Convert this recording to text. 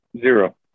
zero